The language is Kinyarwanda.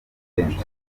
kenshi